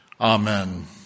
Amen